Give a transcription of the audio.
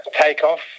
takeoff